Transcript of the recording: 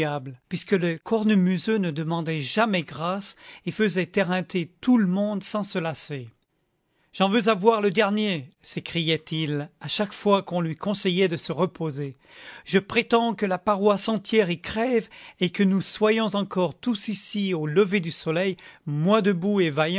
puisque le cornemuseux ne demandait jamais grâce et faisait éreinter tout le monde sans se lasser j'en veux avoir le dernier s'écriait-il à chaque fois qu'on lui conseillait de se reposer je prétends que la paroisse entière y crève et que nous soyons encore tous ici au lever du soleil moi debout